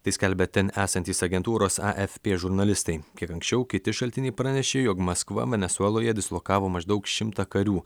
tai skelbia ten esantys agentūros a ef pė žurnalistai kiek anksčiau kiti šaltiniai pranešė jog maskva venesueloje dislokavo maždaug šimtą karių